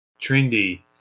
trendy